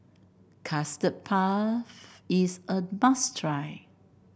Custard Puff is a must try